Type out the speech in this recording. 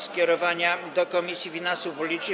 skierowania do Komisji Finansów Publicznych.